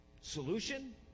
Solution